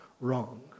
wrong